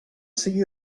sigui